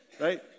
Right